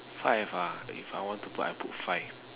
five ah if I want to put I put five